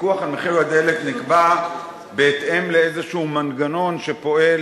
הפיקוח על מחיר הדלק נקבע בהתאם לאיזה מנגנון שפועל,